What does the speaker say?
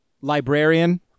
librarian